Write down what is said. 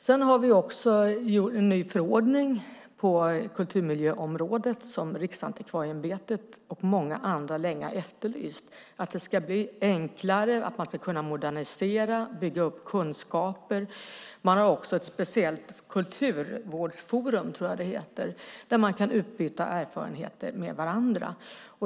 Vi har också en ny förordning på kulturmiljöområdet som Riksantikvarieämbetet och många andra länge har efterlyst. Det handlar om att det ska bli enklare och att man ska kunna modernisera och bygga upp kunskaper. Man har också ett speciellt kulturvårdsforum, tror jag det heter, där man kan utbyta erfarenheter med varandra.